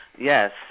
yes